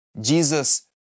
Jesus